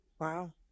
Wow